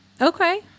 okay